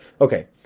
Okay